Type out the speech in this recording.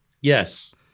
Yes